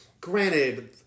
Granted